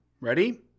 Ready